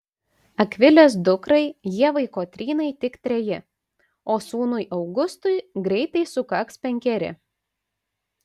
akvilės dukrai ievai kotrynai tik treji o sūnui augustui greitai sukaks penkeri